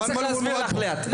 אבל צריך להסביר לך לאט.